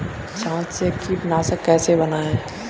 छाछ से कीटनाशक कैसे बनाएँ?